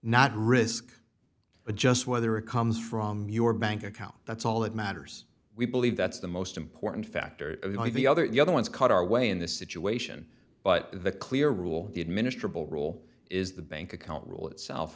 not risk but just whether it comes from your bank account that's all that matters we believe that's the most important factor of the other the other ones cut our way in this situation but the clear rule the administer bill rule is the bank account rule itself